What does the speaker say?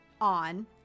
on